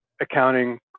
accounting